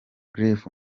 griffith